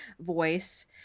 voice